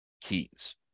keys